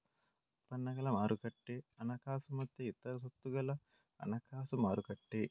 ಉತ್ಪನ್ನಗಳ ಮಾರುಕಟ್ಟೆ ಹಣಕಾಸು ಮತ್ತೆ ಇತರ ಸ್ವತ್ತುಗಳ ಹಣಕಾಸು ಮಾರುಕಟ್ಟೆ